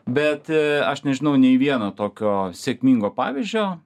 bet aš nežinau nei vieno tokio sėkmingo pavyzdžio